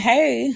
Hey